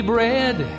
Bread